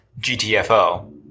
GTFO